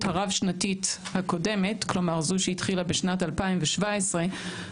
הרב-שנתית הקודמת זו שהתחילה בשנת 2017,